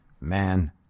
man